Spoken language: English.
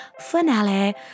finale